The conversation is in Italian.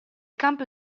campo